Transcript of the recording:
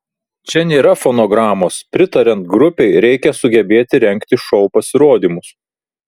čia nėra fonogramos pritariant grupei reikia sugebėti rengti šou pasirodymus